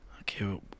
Okay